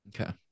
Okay